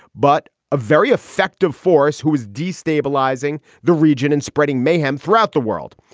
but a very effective force who was destabilising the region and spreading mayhem throughout the world.